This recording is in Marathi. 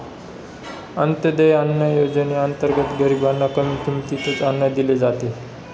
अंत्योदय अन्न योजनेअंतर्गत गरीबांना कमी किमतीत अन्न दिले जाते